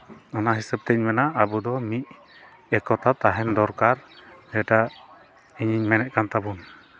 ᱚᱱᱟ ᱦᱤᱸᱥᱟᱹᱵᱽ ᱛᱤᱧ ᱢᱮᱱᱟ ᱟᱵᱚ ᱫᱚ ᱢᱤᱫ ᱮᱠᱚᱛᱟ ᱛᱟᱦᱮᱱ ᱫᱚᱨᱠᱟᱨ ᱡᱮᱴᱟ ᱤᱧᱤᱧ ᱢᱮᱱᱮᱫ ᱠᱟᱱ ᱛᱟᱵᱚᱱᱟ